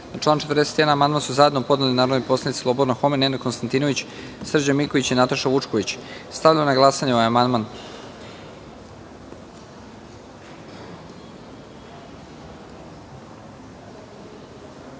član 41. amandman su zajedno podneli narodni poslanici Slobodan Homen, Nenad Konstantinović, Srđan Miković i Nataša Vučković. Stavljam na glasanje ovaj amandman. Molim